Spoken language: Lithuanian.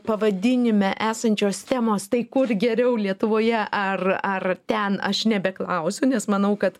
pavadinime esančios temos tai kur geriau lietuvoje ar ar ten aš nebeklausiu nes manau kad